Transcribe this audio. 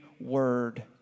word